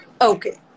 Okay